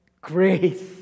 grace